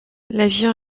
l’avion